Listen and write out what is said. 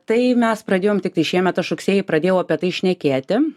tai mes pradėjom tiktai šiemet aš rugsėjį pradėjau apie tai šnekėti